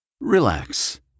Relax